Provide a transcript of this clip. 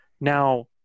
Now